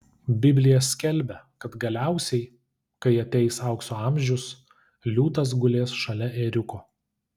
biblija skelbia kad galiausiai kai ateis aukso amžius liūtas gulės šalia ėriuko